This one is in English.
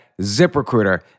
ZipRecruiter